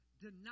Deny